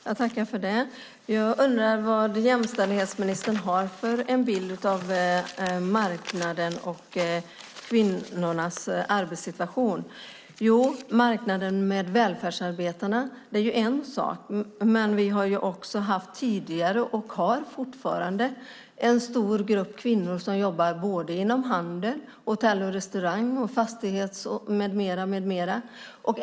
Fru talman! Jag undrar vad jämställdhetsministern har för en bild av marknaden och kvinnornas arbetssituation. Marknaden med välfärdsarbetarna är en sak, men vi har haft tidigare och har fortfarande en stor grupp kvinnor som jobbar inom handel och hotell och restaurangbranschen, fastigheter med mera.